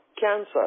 cancer